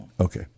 Okay